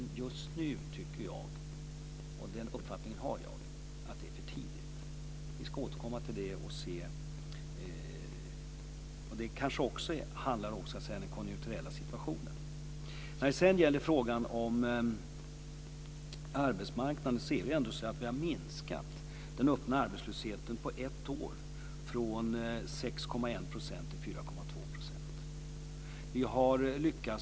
Men just nu tycker jag - det är min uppfattning - att det är för tidigt. Vi ska återkomma till det. Det kanske också handlar om den konjunkturella situationen. När det sedan gäller frågan om arbetsmarknaden så har vi ju minskat den öppna arbetslösheten på ett år från 6,1 % till 4,2 %.